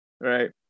right